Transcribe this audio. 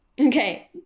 Okay